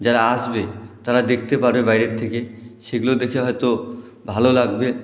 যারা আসবে তারা দেখতে পারবে বাইরের থেকে সেগুলো দেখে হয়তো ভালো লাগবে